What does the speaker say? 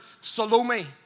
Salome